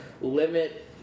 limit